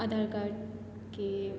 આધાર card કે